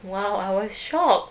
!wow! I was shock